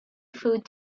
food